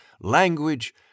language